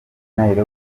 nairobi